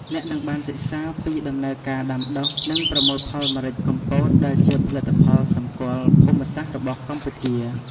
អ្នកនឹងបានសិក្សាពីដំណើរការដាំដុះ និងប្រមូលផលម្រេចកំពត ដែលជាផលិតផលសម្គាល់ភូមិសាស្ត្ររបស់កម្ពុជា។